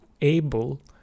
able